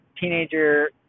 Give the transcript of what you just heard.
teenager